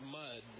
mud